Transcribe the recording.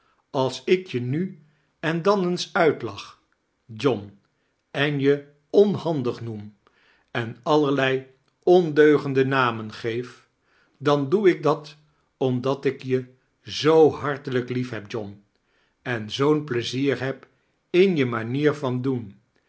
als ik je nu en dan eens uitlach john en je onhiandig naetn en ajlerlei ondeugende namen geef dan doe ik dat omdat ik je zoo hartelijk liefheb john en zoo'n pleader heb in je manier van doen